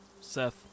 Seth